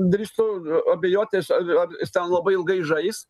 drįstu abejoti ar ar jis ten labai ilgai žais